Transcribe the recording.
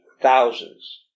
Thousands